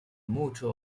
motto